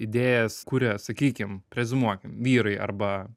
idėjas kuria sakykim reziumuokim vyrai arba